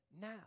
now